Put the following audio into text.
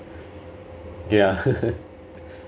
yeah